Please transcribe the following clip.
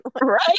right